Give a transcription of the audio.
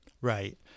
Right